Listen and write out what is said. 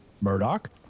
Murdoch